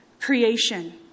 creation